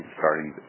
starting